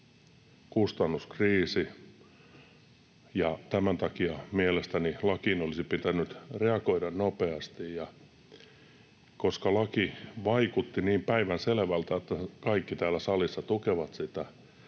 kustannuskriisi, ja tämän takia mielestäni lakiin olisi pitänyt reagoida nopeasti. Ja koska laki vaikutti niin päivänselvältä, että kaikki täällä salissa tukevat sitä,